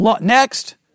next